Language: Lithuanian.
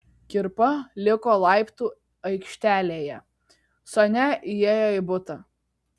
kirpa liko laiptų aikštelėje sonia įėjo į butą